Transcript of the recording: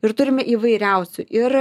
ir turime įvairiausių ir